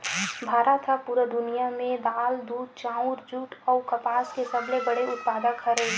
भारत हा पूरा दुनिया में दाल, दूध, चाउर, जुट अउ कपास के सबसे बड़े उत्पादक हरे